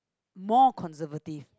more conservative